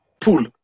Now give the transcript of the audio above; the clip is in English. pool